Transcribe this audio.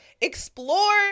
explore